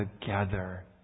together